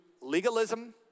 legalism